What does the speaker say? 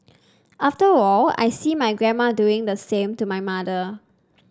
after all I see my grandma doing the same to my mother